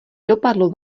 dopadlo